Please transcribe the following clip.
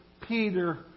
Peter